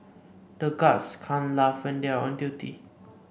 the guards can't laugh when they are on duty